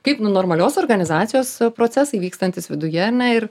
kaip nu normalios organizacijos procesai vykstantys viduje ar ne ir